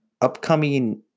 upcoming